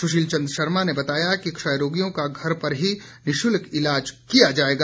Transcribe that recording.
सुशील चन्द्र शर्मा ने बताया कि क्षयरोगियों का घर पर ही निशुल्क ईलाज किया जाएगा